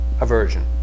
aversion